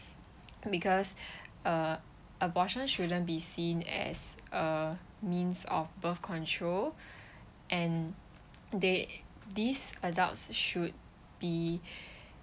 because uh abortion shouldn't be seen as a means of birth control and they these adults should be